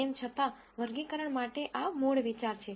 તેમ છતાં વર્ગીકરણ માટે આ મૂળ વિચાર છે